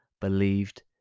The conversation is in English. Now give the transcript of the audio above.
believed